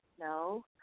No